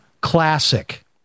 Classic